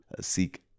seek